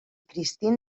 christine